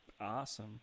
Awesome